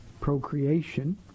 procreation